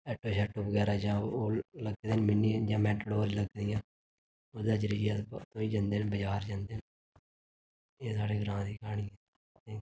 auto शाटो बगैरा जां कोई लग्गे दे न जां मैटाडोर कोई लग्गी दी ऐ ओह्दे जरियै अस कोई जंदे न बजार जंदे न एह् साढ़े ग्रां दी क्हानी ऐ